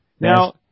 Now